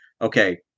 okay